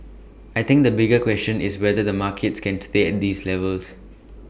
I think the bigger question is whether the markets can stay at these levels